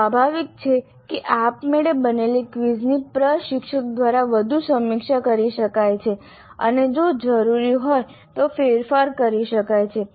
સ્વાભાવિક છે કે આપમેળે બનેલી ક્વિઝની પ્રશિક્ષક દ્વારા વધુ સમીક્ષા કરી શકાય છે અને જો જરૂરી હોય તો ફેરફારો કરી શકાય છે